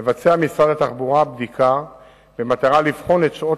מבצע משרד התחבורה בדיקה במטרה לבחון את שעות